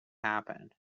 happen